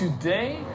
Today